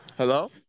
Hello